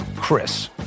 CHRIS